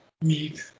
meat